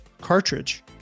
cartridge